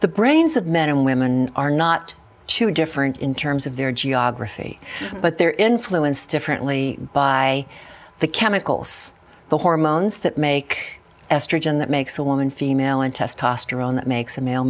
the brains of men and women are not too different in terms of their geography but they're influenced differently by the chemicals the hormones that make estrogen that makes a woman female and testosterone that makes a male